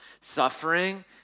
suffering